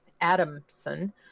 Adamson